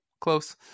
Close